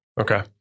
Okay